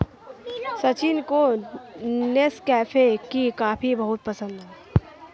सचिन को नेस्कैफे की कॉफी बहुत पसंद है